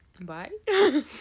Bye